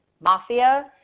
mafia